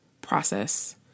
process